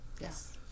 Yes